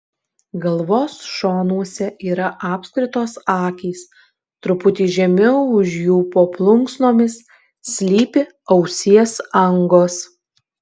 galvos šonuose yra apskritos akys truputį žemiau už jų po plunksnomis slypi ausies angos